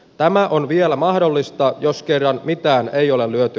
tämä on vielä mahdollista jos kerran mitään ei ole lyöty